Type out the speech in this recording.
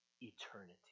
eternity